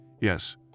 Yes